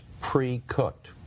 pre-cooked